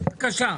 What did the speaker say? בבקשה.